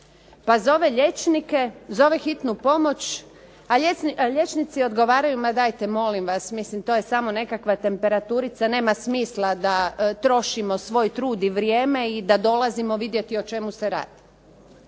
pa zove liječnike, zove hitnu pomoć a liječnici odgovaraju ma dajte molim vas to je samo nekakva temperatura, nema smisla da trošimo svoj trud i vrijeme i da dolazimo vidjeti o čemu se radi.